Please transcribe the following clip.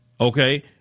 Okay